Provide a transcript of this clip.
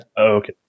Okay